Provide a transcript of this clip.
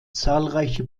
zahlreiche